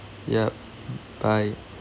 yup bye